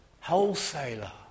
Wholesaler